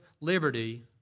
liberty